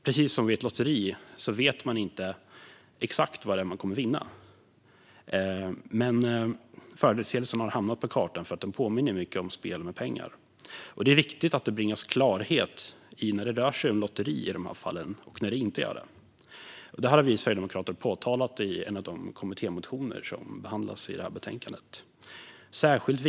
Precis som vid ett lotteri vet man inte exakt vad det är man kommer att vinna. Företeelsen har hamnat på kartan för att den påminner mycket om spel med pengar. Det är viktigt att det bringas klarhet i när det rör sig om lotteri i de fallen och när det inte gör det. Det har vi sverigedemokrater påtalat i en av de kommittémotioner som behandlas i det här betänkandet.